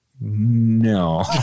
no